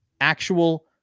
actual